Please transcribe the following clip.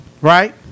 right